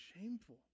shameful